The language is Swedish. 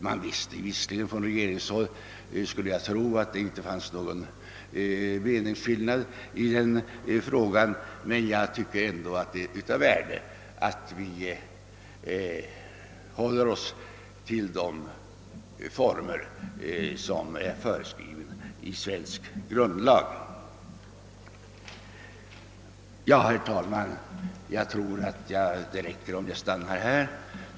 Jag skulle visserligen tro att man på regeringshåll visste att det inte förelåg någon meningsskillnad i denna fråga, men jag tycker ändå att det är av värde att vi även i sådana fall håller oss till de former som är föreskrivna i svensk grundlag. Herr talman! Jag skall nöja mig med dessa synpunkter.